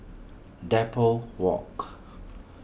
Depot Walk